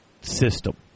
system